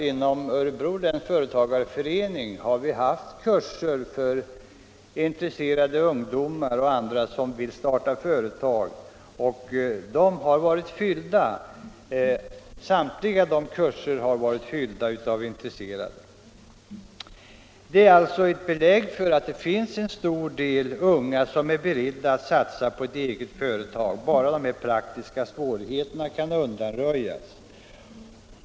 Inom Örebro läns företagareförening har vi haft kurser för ungdomar och andra som vill starta företag, och samtliga dessa kurser har varit fyllda av intresserade. Detta ger belägg för att det finns en hel del unga människor som är beredda att satsa på ett eget företag, om bara de praktiska svårigheterna kan undanröjas.